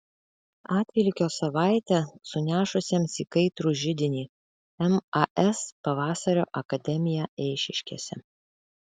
atvelykio savaitę sunešusiems į kaitrų židinį mas pavasario akademiją eišiškėse